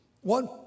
One